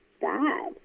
bad